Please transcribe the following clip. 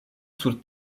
sur